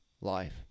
life